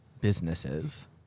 businesses